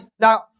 Now